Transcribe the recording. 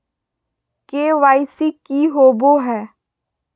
KYC की होबो है?